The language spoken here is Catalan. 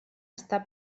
està